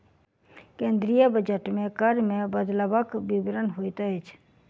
केंद्रीय बजट मे कर मे बदलवक विवरण होइत अछि